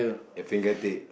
a fingertip